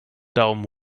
daumen